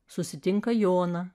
susitinka joną